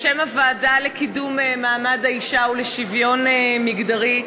בשם הוועדה לקידום מעמד האישה ולשוויון מגדרי,